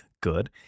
good